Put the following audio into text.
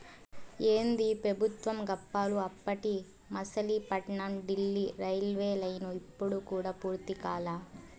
ఏందీ పెబుత్వం గప్పాలు, అప్పటి మసిలీపట్నం డీల్లీ రైల్వేలైను ఇప్పుడు కూడా పూర్తి కాలా